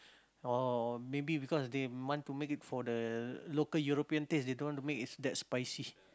or maybe because they want to make it for the local European taste they don't want to make it that spicy